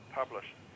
published